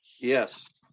Yes